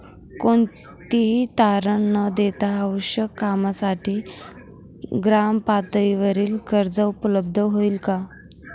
कोणतेही तारण न देता आवश्यक कामासाठी ग्रामपातळीवर कर्ज उपलब्ध होईल का?